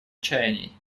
чаяний